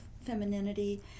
femininity